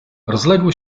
rozległy